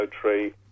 tree